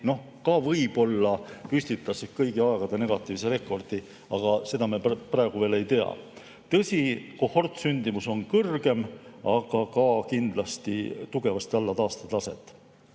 püstitas võib-olla kõigi aegade negatiivse rekordi, aga seda me praegu veel ei tea. Tõsi, kohortsündimus on kõrgem, aga ka kindlasti tugevasti alla taastetaset. Meie